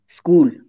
School